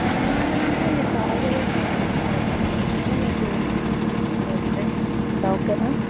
next month నుంచి మీరు call చేయాల్సిన అవసరం ఉండదు లేండి నేనే మీకు పే చేస్తాను రెంట్ ఓకేనా